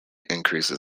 increases